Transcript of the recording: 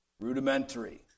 Rudimentary